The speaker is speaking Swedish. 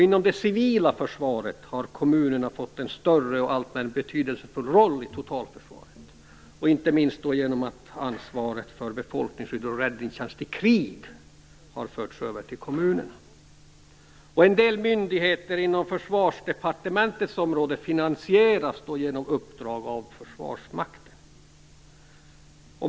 Inom det civila försvaret har kommunerna fått en större och alltmer betydelsefull roll i totalförsvaret, inte minst genom att ansvaret för befolkningsskydd och räddningstjänst i krig har förts över till kommunerna. En del myndigheter inom Försvarsdepartementets område finansieras genom uppdrag från Försvarsmakten.